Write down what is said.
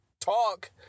talk